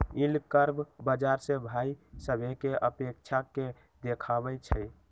yield curve बाजार से भाइ सभकें अपेक्षा के देखबइ छइ